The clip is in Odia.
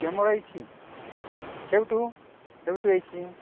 ହେଇଛି କେଉଁଠୁ କେଉଁଠୁ ହେଇଛି